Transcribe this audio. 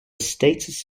status